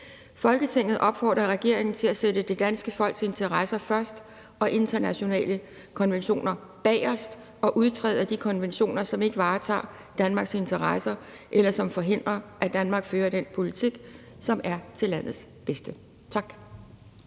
Folketinget opfordrer regeringen til at sætte det danske folks interesser først og internationale konventioner bagerst og udtræde af de konventioner, som ikke varetager Danmarks interesser, eller som forhindrer, at Danmark fører den politik, som er til landets bedste.«